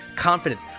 confidence